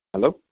Hello